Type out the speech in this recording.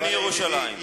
ומירושלים.